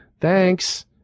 thanks